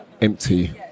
empty